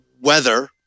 weather